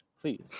Please